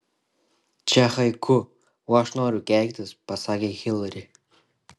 čia haiku o aš noriu keiktis pasakė hilari